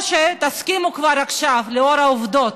או שתסכימו כבר עכשיו, לאור העובדות,